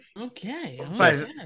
Okay